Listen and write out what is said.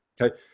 okay